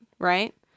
Right